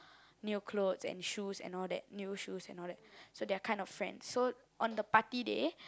new clothes and shoes and all that new shoes and all that so they are kind of friends so on the party day